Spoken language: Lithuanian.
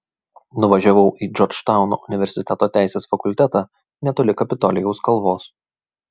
nuvažiavau į džordžtauno universiteto teisės fakultetą netoli kapitolijaus kalvos